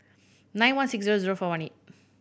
nine one six zero zero four one eight